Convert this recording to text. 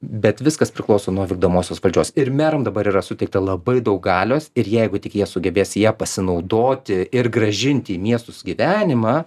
bet viskas priklauso nuo vykdomosios valdžios ir meram dabar yra suteikta labai daug galios ir jeigu tik jie sugebės ja pasinaudoti ir grąžinti į miestus gyvenimą